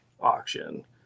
auction